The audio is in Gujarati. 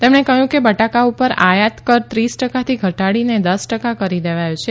તેમણે કહ્યું કે બટાકા પર આયાત કર ત્રીસ ટકાથી ધટાડીને દસ ટકા કરી દેવાયો છે